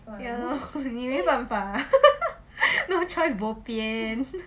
ya lor 你没办法 lah no choice bopian